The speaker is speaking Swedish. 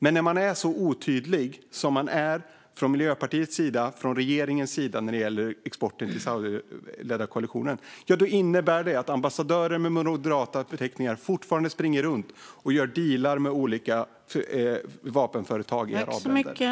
Men när man är så otydlig som Miljöpartiet och regeringen är när det gäller exporten till den saudiskledda koalitionen innebär det att ambassadörer med moderata förtecken fortfarande springer runt och gör dealar med olika vapenföretag i arabvärlden.